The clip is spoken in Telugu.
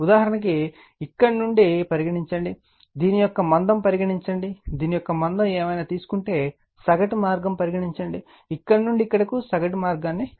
ఉదాహరణకు ఇక్కడ నుండి పరిగణించండి దీని యొక్క మందం పరిగణించండి దీని యొక్క మందం ఏమైనా తీసుకుంటే సగటు మార్గం పరిగణించండి ఇక్కడ నుండి ఇక్కడకు సగటు మార్గాన్ని లెక్కిస్తుంది